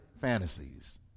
fantasies